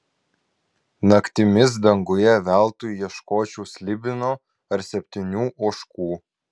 naktimis danguje veltui ieškočiau slibino ar septynių ožkų